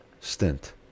stint